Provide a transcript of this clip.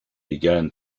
began